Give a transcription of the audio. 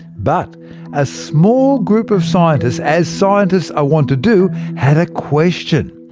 but a small group of scientists, as scientists are wont to do, had a question.